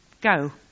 go